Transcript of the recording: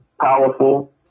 powerful